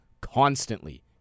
constantly